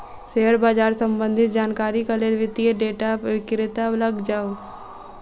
share बाजार सम्बंधित जानकारीक लेल वित्तीय डेटा विक्रेता लग जाऊ